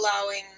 allowing